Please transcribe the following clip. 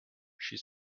she